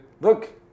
Look